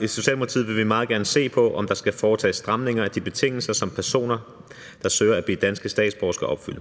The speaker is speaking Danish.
I Socialdemokratiet vil vi meget gerne se på, om der skal foretages stramninger af de betingelser, som personer, der søger at blive danske statsborgere, skal opfylde.